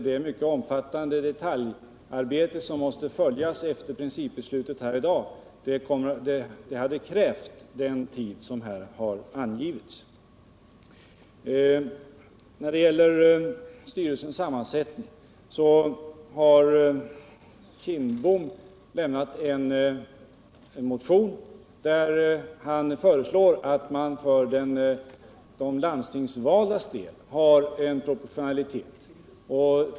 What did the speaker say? Det mycket omfattande detaljarbete som måste följa på principbeslutet här i dag hade ändå krävt den tid som här har angivits. När det gäller styrelsens sammansättning vill jag säga att Bengt Kindbom väckt en motion där han föreslår en proportionalitet för de landstingsvaldas del.